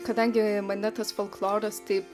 kadangi mane tas folkloras taip